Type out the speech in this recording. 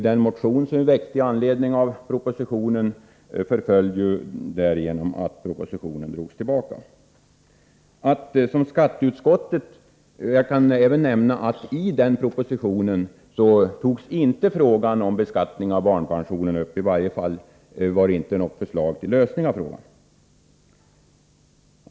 Den motion som vi väckte med anledning av propositionen förföll genom att propositionen drogs tillbaka. I den propositionen togs inte frågan om beskattning av barnpensionen upp, i varje fall innehöll den inte något förslag till lösning av problemet.